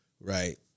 right